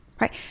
right